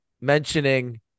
mentioning